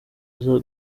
aza